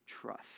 trust